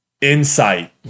insight